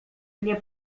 mnie